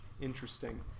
Interesting